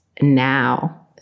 now